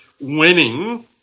Winning